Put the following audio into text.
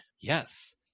Yes